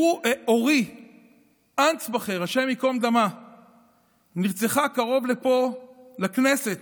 אורי אנסבכר הי"ד נרצחה קרוב לפה, לכנסת,